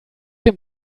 dem